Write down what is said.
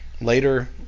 Later